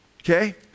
Okay